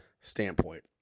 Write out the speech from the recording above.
standpoint